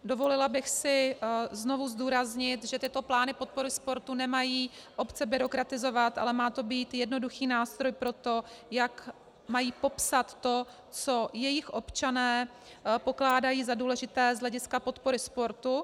Dovolila bych si znovu zdůraznit, že tyto plány podpory sportu nemají obce byrokratizovat, ale má to být jednoduchý nástroj pro to, jak mají popsat to, co jejich občané pokládají za důležité z hlediska podpory sportu.